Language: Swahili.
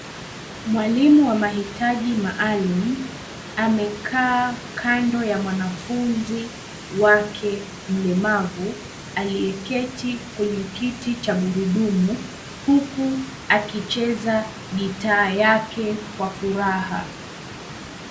Mwalimu wa mahitaji maalum, amekaa kando ya mwanafunzi wake mlemavu, aliyeketi kwenye kiti cha gurudumu, huku akicheza gitaa yake kwa furaha.